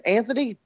Anthony